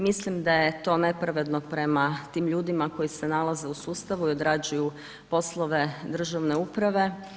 Mislim da je to nepravedno prema tim ljudima, koji se nalaze u sustavu i odrađuju poslove državne uprave.